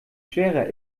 schwerer